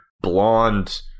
blonde